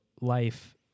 life